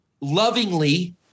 lovingly